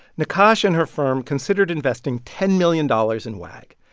nakache and her firm considered investing ten million dollars in wag.